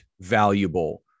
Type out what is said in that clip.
valuable